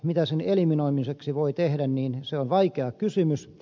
mitä sen eliminoimiseksi voi tehdä se on vaikea kysymys